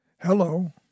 Hello